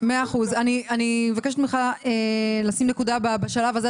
אני מבקשת ממך לשים נקודה בשלב הזה,